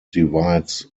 divides